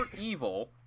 evil